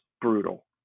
brutal